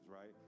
right